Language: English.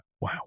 Wow